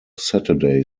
saturday